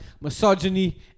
misogyny